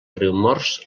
riumors